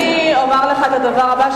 אני אומר לך את הדבר הבא,